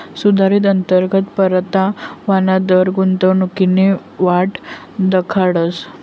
सुधारित अंतर्गत परतावाना दर गुंतवणूकनी वाट दखाडस